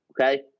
Okay